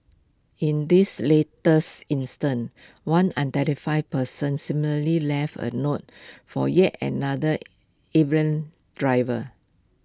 in this latest instance one unidentified person similarly left A note for yet another errant driver